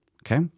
Okay